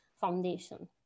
foundation